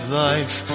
life